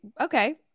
okay